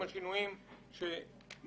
עם השינויים שהסכמנו.